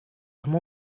amb